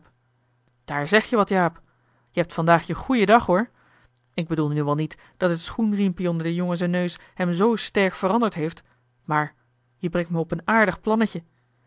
daar zeg je wat jaap jij hebt vandaag je goeien dag hoor ik bedoel nu wel niet dat het schoenriempie onder d'n jongen z'n neus hem zoo sterk veranderd heeft maar je brengt me op een aardig plannetje